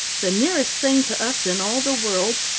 the nearest thing to us in all the world,